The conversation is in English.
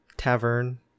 tavern